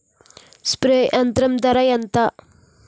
Spray యంత్రం ధర ఏంతా?